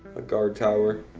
a guard tower.